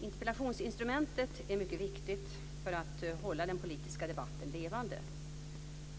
Interpellationsinstrumentet är mycket viktigt för att hålla den politiska debatten levande.